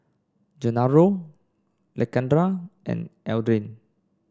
Gennaro Lakendra and Adrain